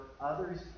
others